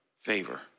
favor